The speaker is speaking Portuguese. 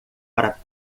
para